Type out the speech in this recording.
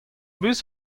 bus